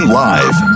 live